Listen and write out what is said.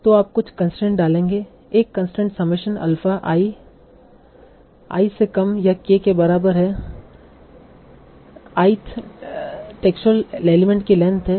तो आप कुछ कंसट्रेन्स डालेंगे एक constraint summation alpha i li से कम या k के बराबर है li ith टेक्स्टुअल एलिमेंट की लेंथ है